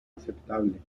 aceptable